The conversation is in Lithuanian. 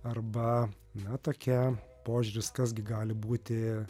arba na tokia požiūris kas gi gali būti